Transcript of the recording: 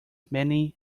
many